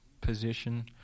position